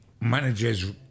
manager's